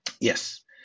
yes